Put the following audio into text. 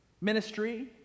ministry